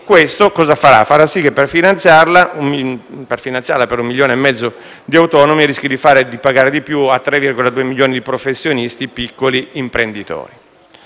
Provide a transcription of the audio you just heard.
questo farà sì che, per finanziarla per un milione e mezzo di autonomi, si rischia di far pagare di più a 3,2 milioni di professionisti e piccoli imprenditori.